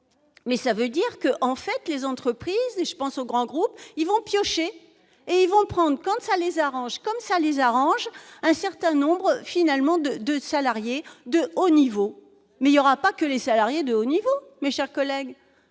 mais ça veut dire que, en fait, les entreprises, je pense aux grands groupes, ils vont piocher et vont le prendre comme ça les arrange, comme ça les arrange un certain nombre, finalement de 2 salariés de haut niveau, mais il y aura pas que les salariés de haut niveau mais, chers collègues,